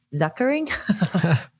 zuckering